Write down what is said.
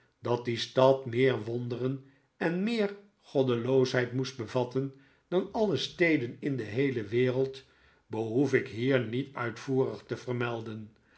dat die stad meer wonderen en meer goddeloosheid moest bevatten dan alle steden in de heele wereld behoef ik hier niet uitvoerig te vermelden